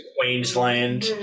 Queensland